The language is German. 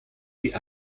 die